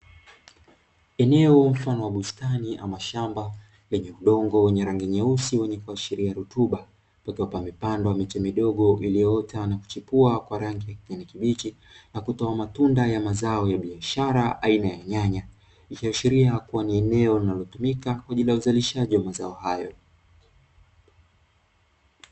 Eneo mfano wa bustani ama shamba lenye udongo wenye rangi nyeusi wenye kuashiria rutuba, pakiwa pamepandwa miche midogo iliyoota na kuchipua kwa rangi ya kijani kibichi na kutoa matunda ya mazao ya biashara aina ya nyanya, ikiashiria ni eneo linalotumika kwa ajili ya uzalishaji wa mazao hayo.